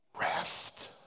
Rest